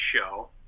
show